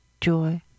joy